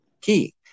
key